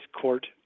court